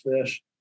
fish